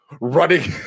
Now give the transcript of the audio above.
running